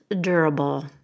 durable